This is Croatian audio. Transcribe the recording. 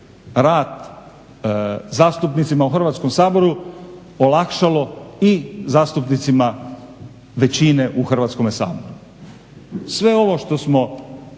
rad zastupnicima u Hrvatskom saboru, olakšalo i zastupnicima većine u Hrvatskom saboru. Sve ovo što smo,